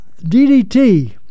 DDT